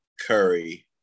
Curry